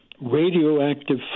radioactive